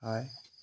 হয়